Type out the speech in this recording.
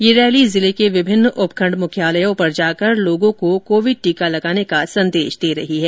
यह रैली जिले के विभिन्न उपखण्ड मुखायलयो पर जाकर लोगों को कोविड टीका लगाने का संदेश दे रही है